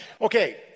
Okay